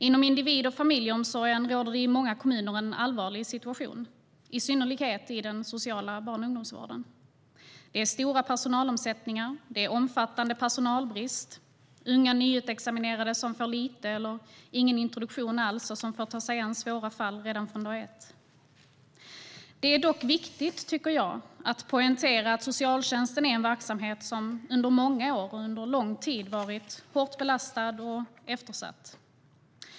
Inom individ och familjeomsorgen råder det i många kommuner en allvarlig situation, i synnerhet i den sociala barn och ungdomsvården. Det är stora personalomsättningar, omfattande personalbrist och unga nyutexaminerade som får lite eller ingen introduktion alls och som får ta sig an svåra fall redan från dag ett. Det är dock viktigt att poängtera att socialtjänsten är en verksamhet som under många år varit hårt belastad och eftersatt.